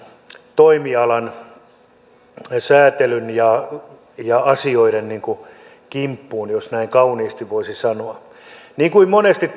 toimialan säätelyn ja ja asioiden kimppuun jos näin kauniisti voisi sanoa niin kuin tiedämme monesti